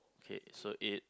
K so eight